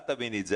אל תביני את זה,